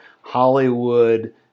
Hollywood